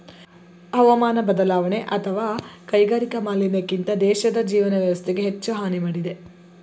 ಹವಾಮಾನ ಬದಲಾವಣೆ ಅತ್ವ ಕೈಗಾರಿಕಾ ಮಾಲಿನ್ಯಕ್ಕಿಂತ ದೇಶದ್ ಜೀವನ ವ್ಯವಸ್ಥೆಗೆ ಹೆಚ್ಚು ಹಾನಿ ಮಾಡಿದೆ